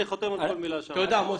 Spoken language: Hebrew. אני חותם על כל מילה שאמרת.